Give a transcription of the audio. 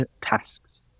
tasks